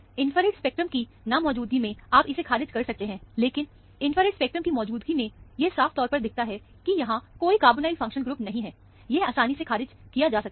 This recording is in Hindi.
इंफ्रारेड स्पेक्ट्रम की ना मौजूदगी में आप इसे खारिज कर सकते हैं लेकिन इंफ्रारेड स्पेक्ट्रम की मौजूदगी में यह साफ तौर पर दिखाता है कि यहां कोई कार्बोनाइल फंक्शन ग्रुप नहीं है यह आसानी से खारिज किया जा सकता है